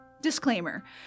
Disclaimer